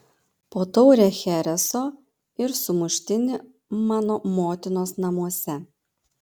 po taurę chereso ir sumuštinį mano motinos namuose